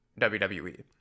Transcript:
WWE